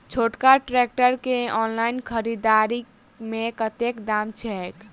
छोटका ट्रैक्टर केँ ऑनलाइन खरीददारी मे कतेक दाम छैक?